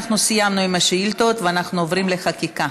אנחנו סיימנו עם השאילתות ואנחנו עוברים לחקיקה.